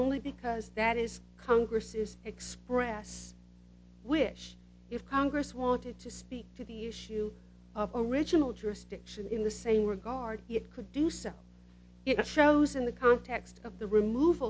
only because that is congress's express wish if congress wanted to speak to the issue of original jurisdiction in the same regard it could do so it shows in the context of the remov